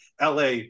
LA